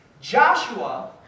Joshua